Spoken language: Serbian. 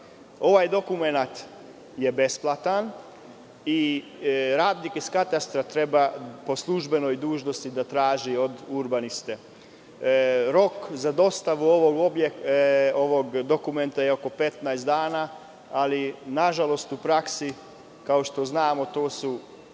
Ovaj dokument je besplatan i radnik iz katastra treba po službenoj dužnosti da traži od urbaniste. Rok za dostavu ovog dokumenta je oko 15 dana, ali nažalost, u praksi kao što znamo to su